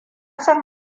san